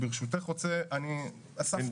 זה --- ברשותך, אספנו